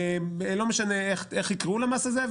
לא משנה איך יקראו למס הזה,